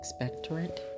expectorant